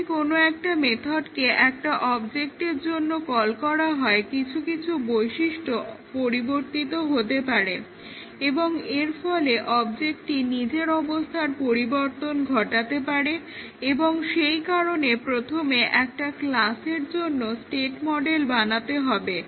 যখনই কোনো একটা মেথডকে একটা অবজেক্টের জন্য কল করা হয় কিছু কিছু বৈশিষ্ট্য পরিবর্তিত হতে পারে এবং এর ফলে অবজেক্টটি নিজের অবস্থার পরিবর্তন ঘটাতে পারে এবং সেই কারণে প্রথমে একটা ক্লাসের জন্য স্টেট মডেল বানাতে হবে